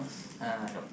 uh nope